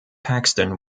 paxton